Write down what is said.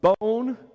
bone